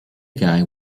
guy